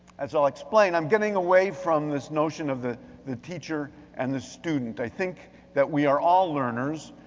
as i'll explain, i'm getting away from this notion of the the teacher and the student. i think that we are all learners.